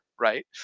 Right